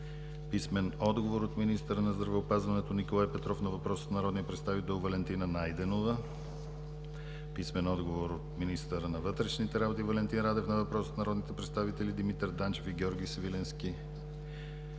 Свиленски; - министъра на здравеопазването Николай Петров на въпрос от народния представител Валентина Найденова; - министъра на вътрешните работи Валентин Радев на въпрос от народните представители Димитър Данчев и Георги Свиленски;